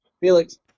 Felix